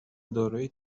دارای